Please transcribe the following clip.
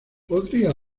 podría